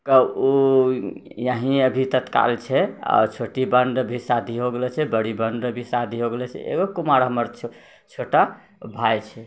तऽ ओ यहीँ अभी तत्काल छै आ छोटी बहन रे भी शादी हो गेलो छै बड़ी बहन रे भी शादी हो गेलो छै एगो कुमार हमर छो छोटा भाय छै